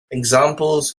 examples